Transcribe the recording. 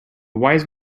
wise